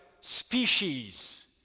species